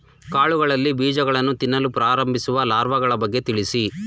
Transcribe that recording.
ಕಾಳುಗಳಲ್ಲಿ ಬೀಜಗಳನ್ನು ತಿನ್ನಲು ಪ್ರಾರಂಭಿಸುವ ಲಾರ್ವಗಳ ಬಗ್ಗೆ ತಿಳಿಸಿ?